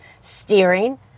steering